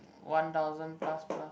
one thousand plus plus